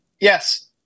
Yes